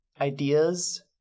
ideas